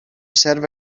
serve